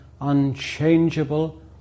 unchangeable